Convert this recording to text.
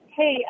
Hey